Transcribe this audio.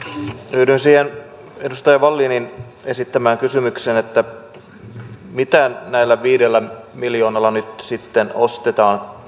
yhdyn siihen ed ustaja wallinin esittämään kysymykseen että mitä näillä viidellä miljoonalla nyt sitten ostetaan